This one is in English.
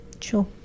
sure